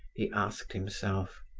he asked himself.